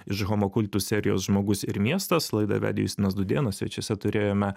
iš homo kultu serijos žmogus ir miestas laidą vedė justinas dūdėnas svečiuose turėjome